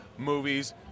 movies